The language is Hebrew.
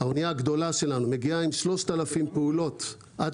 האנייה הגדולה שלנו מגיעה עם 3,000 פעולות עד